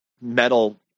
metal